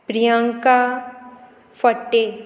Priyanka Phadte